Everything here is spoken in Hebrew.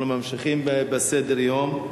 אנחנו ממשיכים בסדר-יום בנושא: